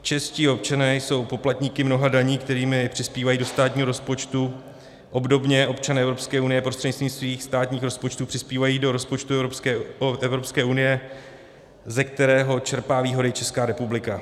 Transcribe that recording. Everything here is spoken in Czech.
Čeští občané jsou poplatníky mnoha daní, kterými přispívají do státního rozpočtu, obdobně občané Evropské unie prostřednictvím svých státních rozpočtů přispívají do rozpočtu Evropské unie, ze kterého čerpá výhody Česká republika.